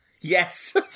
Yes